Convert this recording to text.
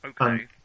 Okay